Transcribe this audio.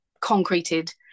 concreted